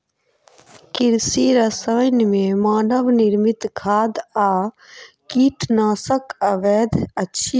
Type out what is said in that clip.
कृषि रसायन मे मानव निर्मित खाद आ कीटनाशक अबैत अछि